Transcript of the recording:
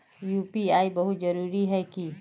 UPI बहुत जरूरी है की?